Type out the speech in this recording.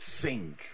sing